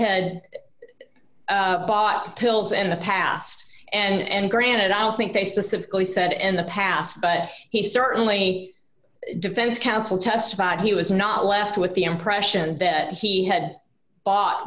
had bought pills in the past and granted i don't think they specifically said in the past but he certainly defense counsel testified he was not left with the impression that he had bought